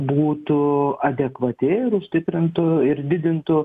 būtų adekvati stiprintų ir didintų